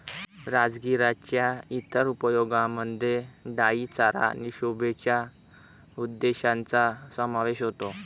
राजगिराच्या इतर उपयोगांमध्ये डाई चारा आणि शोभेच्या उद्देशांचा समावेश होतो